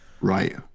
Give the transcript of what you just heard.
Right